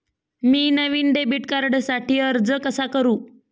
मी नवीन डेबिट कार्डसाठी अर्ज कसा करू?